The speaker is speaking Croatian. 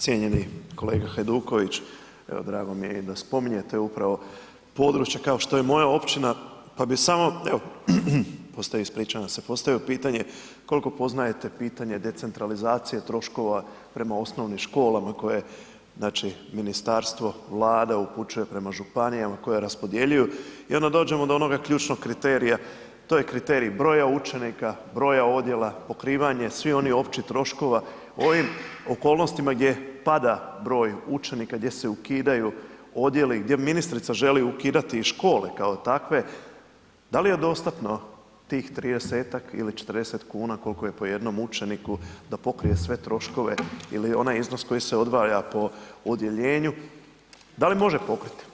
Cijenjeni kolega Hajduković, evo drago mi je i da spominjete upravo područje kao što je moja općina pa bi samo evo postavio pitanje, koliko poznajete pitanje decentralizacije troškova prema osnovnim školama koje ministarstvo, Vlada, upućuje prema županijama koje raspodjeljuju i onda dođemo do onog ključnog kriterija, to je kriterij broja učenika, broja odjela, pokrivanje svih onih općih troškova u ovim okolnostima gdje pada broj učenika, gdje se ukidaju odjeli, gdje ministrica želi i škole kao takve, da li je dostatno tih 30-ak ili 40 kuna koliko je po jednom učeniku da pokrije sve troškove ili onaj iznos koji se odvaja po odjeljenju, da li može pokrit.